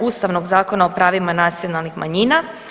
Ustavnog zakona o pravima nacionalnih manjina.